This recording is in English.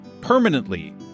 permanently